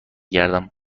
گردم